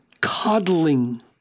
coddling